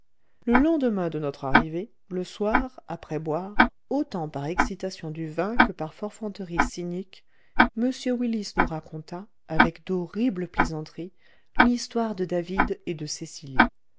le lendemain de notre arrivée le soir après boire autant par excitation du vin que par forfanterie cynique m willis nous raconta avec d'horribles plaisanteries l'histoire de david et de cecily